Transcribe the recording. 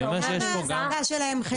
למה ההעסקה שלהם חלקית?